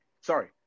Sorry